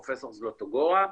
פרופ' זלוטוגורה,